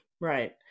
Right